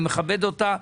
אני מכבד אותה.